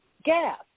gas